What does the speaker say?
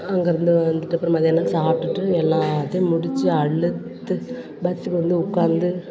அங்கேருந்து வந்துட்டு அப்புறம் மதியானம் சாப்பிடுட்டு எல்லாத்தையும் முடிச்சி அலுத்து பஸ்ஸுக்கு வந்து உட்காந்து